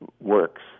works